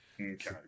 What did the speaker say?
Okay